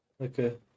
Okay